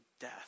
death